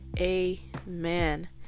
amen